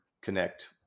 connect